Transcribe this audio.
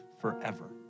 forever